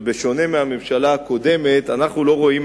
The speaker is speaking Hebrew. ובשונה מהממשלה הקודמת אנחנו לא משווים